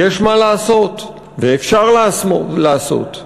ויש מה לעשות ואפשר לעשות.